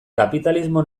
kapitalismo